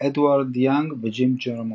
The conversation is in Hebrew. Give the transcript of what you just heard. אדוורד יאנג וג'ים ג'רמוש.